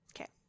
Okay